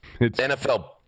NFL